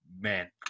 Man